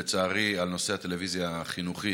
לצערי על נושא הטלוויזיה החינוכית,